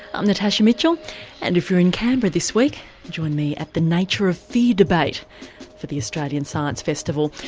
i'm natasha mitchell and if you're in canberra this week join me at the nature of fear debate for the australian science festival.